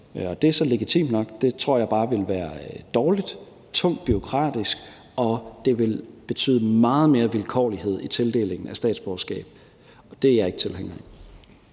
Det er så legitimt nok. Det tror jeg bare ville være dårligt, tungt bureaukratisk, og det vil betyde meget mere vilkårlighed i tildelingen af statsborgerskab. Det er jeg ikke tilhænger